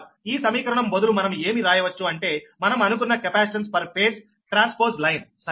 ఈ సమీకరణం బదులు మనము ఏమి రాయవచ్చు అంటే మనం అనుకున్నకెపాసిటెన్స్ పర్ ఫేజ్ ట్రాన్స్పోస్ లైన్ సరేనా